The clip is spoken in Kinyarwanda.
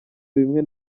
bimwe